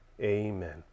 amen